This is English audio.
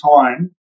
time